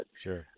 sure